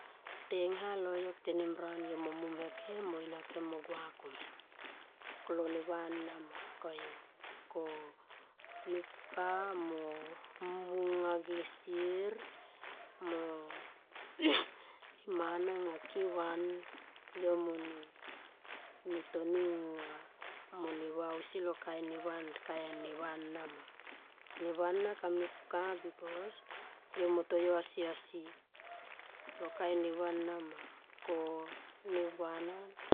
Tengha loyok tenimran yo mo mom he kem mo inhakem mo gua kom nia lo neva ana ma koyu ko mepka mo mmu nga ge sier mo ne mana kevan yomone ne toninga mone vausi lo kain neva nna kain eva ana ma neva kamepka because yo mo to yo asiasi lo kai neva na ma ko neva ana.